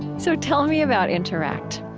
so tell me about interact